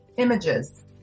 images